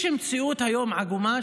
יש מציאות עגומה היום,